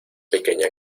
pequeña